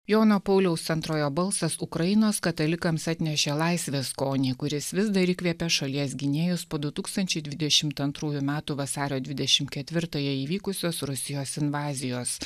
jono pauliaus antrojo balsas ukrainos katalikams atnešė laisvės skonį kuris vis dar įkvepia šalies gynėjus po du tūkstančiai dvidešimt antrųjų metų vasario dvidešimt ketvirtąją įvykusios rusijos invazijos